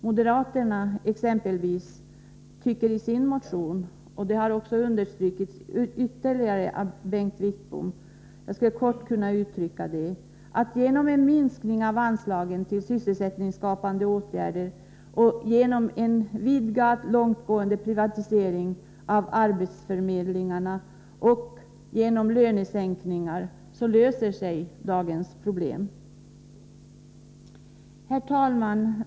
Moderaterna exempelvis tycker i sin motion, kort uttryckt, att genom en minskning av anslagen till sysselsättningsskapande åtgärder, genom långtgående privatisering av arbetsförmedlingen och genom lönesänkningar löser sig problemen. Det har understrukits ytterligare av Bengt Wittbom här i debatten. Herr talman!